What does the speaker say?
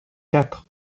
quatre